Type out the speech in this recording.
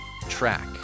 track